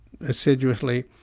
assiduously